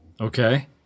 Okay